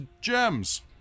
gems